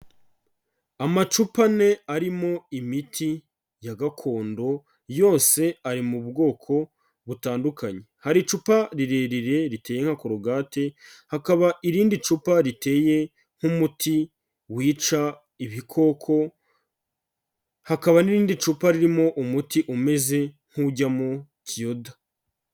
Amacupa ane arimo imiti ya gakondo yose ari mu bwoko butandukanye, hari icupa rirerire riteye nka korogate, hakaba irindi cupa riteye nk'umuti wica ibikoko, hakaba n'irindi cupa ririmo umuti umeze nk'ujyamo kiyoda.